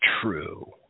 true